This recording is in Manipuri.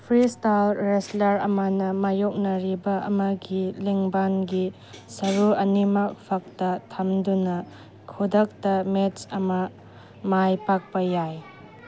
ꯐ꯭ꯔꯤ ꯁ꯭ꯇꯥꯏꯜ ꯔꯦꯁꯂꯔ ꯑꯃꯅ ꯃꯥꯏꯌꯣꯛꯅꯔꯤꯕ ꯑꯃꯒꯤ ꯂꯦꯡꯕꯥꯟꯒꯤ ꯁꯔꯨ ꯑꯅꯤꯃꯛ ꯐꯛꯇ ꯊꯝꯗꯨꯅ ꯈꯨꯗꯛꯇ ꯃꯦꯠꯁ ꯑꯃ ꯃꯥꯏ ꯄꯥꯛꯄ ꯌꯥꯏ